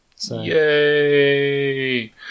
Yay